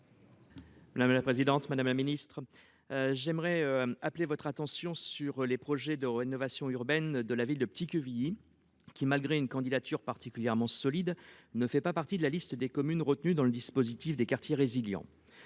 Madame la secrétaire d'État, j'aimerais appeler votre attention sur les projets de rénovation urbaine de la ville de Petit-Quevilly, qui, malgré une candidature particulièrement solide, ne fait pas partie de la liste des communes retenues dans le dispositif des « quartiers résilients